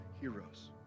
heroes